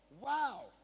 Wow